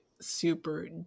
super